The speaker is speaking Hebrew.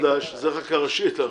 בדש, זו חקיקה ראשית.